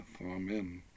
Amen